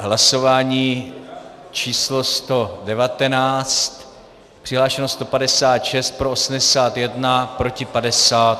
Hlasování číslo 119, přihlášeno 156, pro 81, proti 50.